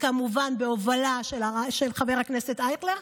וכמובן בהובלה של חבר הכנסת אייכלר,